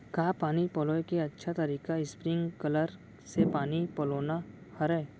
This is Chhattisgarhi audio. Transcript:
का पानी पलोय के अच्छा तरीका स्प्रिंगकलर से पानी पलोना हरय?